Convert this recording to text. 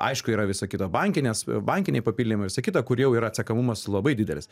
aišku yra visa kita bankinės bankiniai papildymai visa kita kur jau yra atsekamumas labai didelis